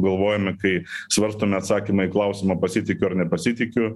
galvojome kai svarstome atsakymą į klausimą pasitikiu ar nepasitikiu